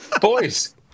boys